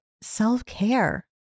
self-care